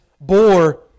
bore